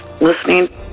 listening